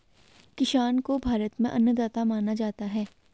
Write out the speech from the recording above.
किसान को भारत में अन्नदाता माना जाता है